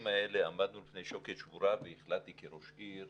האלה עמדנו בפני שוקת שבורה והחלטתי כראש עיר